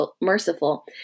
merciful